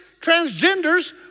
transgenders